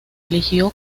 eligió